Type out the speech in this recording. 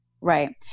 Right